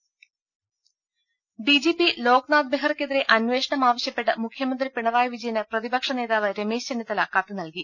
രുര ഡിജിപി ലോക്നാഥ് ബെഹ്റക്കെതിരെ അന്വേഷണം ആവശ്യപ്പെട്ട് മുഖ്യമന്ത്രി പിണറായി വിജയന് പ്രതിപക്ഷ നേതാവ് രമേശ് ചെന്നിത്തല കത്ത് നൽകി